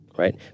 Right